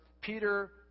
peter